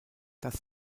dass